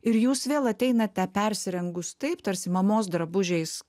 ir jūs vėl ateinate persirengus taip tarsi mamos drabužiais